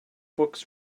books